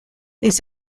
les